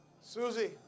Susie